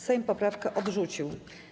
Sejm poprawkę odrzucił.